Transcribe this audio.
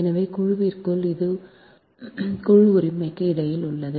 எனவே குழுவிற்குள் இது குழு உரிமைக்கு இடையில் உள்ளது